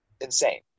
insane